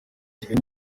kigali